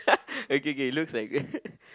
oh K K looks like